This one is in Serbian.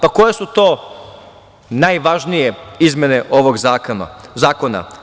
Pa, koja su to najvažnije izmene ovog zakona?